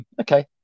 okay